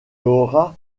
aura